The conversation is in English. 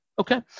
okay